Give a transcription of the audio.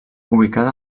ubicada